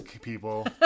people